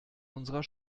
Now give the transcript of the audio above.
unserer